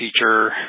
teacher